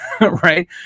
right